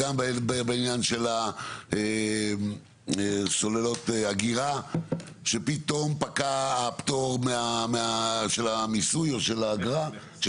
גם בעניין של סוללות אגירה שפתאום פקע הפטור של המיסוי או של האגרה,